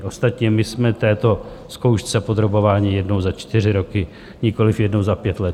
Ostatně my jsme této zkoušce podrobováni jednou za čtyři roky, nikoliv jednou za pět let.